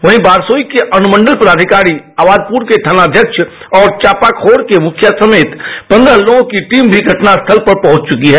वहीं बरसोई के अनुमांडल पदाधिकारी आबादपुर के थानाघ्यक्ष और चापाखोड़ के मुखिया समेत पन्द्रह लोग की टीम घटनास्थल पर पहुंच चुकी है